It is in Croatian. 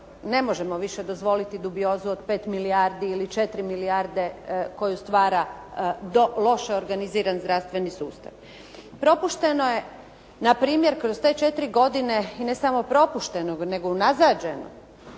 ne možemo više dozvoliti dubiozu od 5 milijardi ili 4 milijarde koju stvara loše organiziran zdravstveni sustav. Propušteno je, npr. kroz te 4 godine, i ne samo propušteno, nego unazađeno